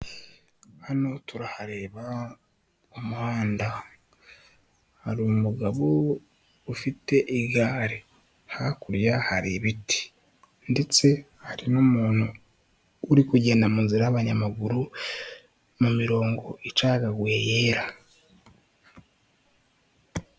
Hano turahareba umuhanda, hari umugabo ufite igare hakurya hari ibiti ndetse hari n'umuntu uri kugenda mu nzira y'abanyamaguru mu mirongo icagaguye yera.